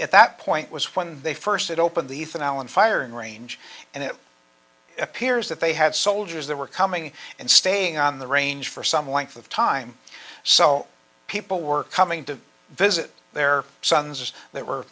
at that point was when they first opened the ethan allen firing range and it appears that they had soldiers that were coming and staying on the range for some length of time so people were coming to visit their sons as there were